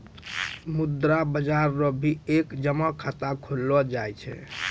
मुद्रा बाजार रो भी एक जमा खाता खोललो जाय छै